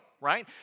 right